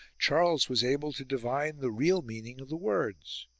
charles was able to divine the real meaning of the words.